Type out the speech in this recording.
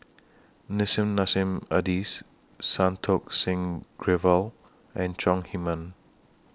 Nissim Nassim Adis Santokh Singh Grewal and Chong Heman